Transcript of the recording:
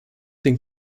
den